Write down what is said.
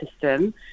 system